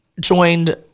joined